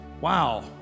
Wow